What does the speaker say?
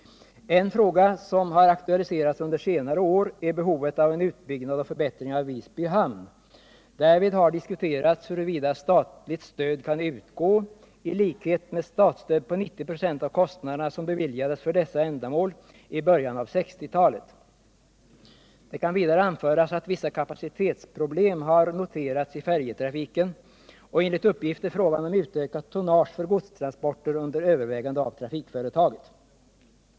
En fråga som har aktualiserats under senare år är behovet av en utbyggnad och förbättring av Visby hamn. Därvid har diskuterats huruvida statligt stöd kan utgå i likhet med det statsstöd på 90 26 av kostnaderna som beviljades för dessa ändamål i början av 1960-talet. Det kan vidare anföras att vissa kapacitetsproblem hår noterats i färjetrafiken, och enligt uppgift är frågan om utökat tonnage för godstransporter under övervägande av trafikföretaget.